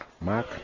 Mark